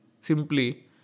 simply